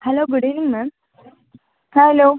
hello good evening ma'am hello